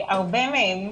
הרבה מהם,